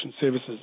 services